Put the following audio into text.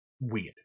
Weird